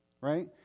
right